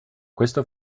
questo